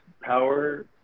power